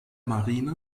marine